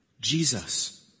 Jesus